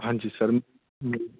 ਹਾਂਜੀ ਸਰ